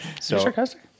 sarcastic